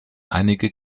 einige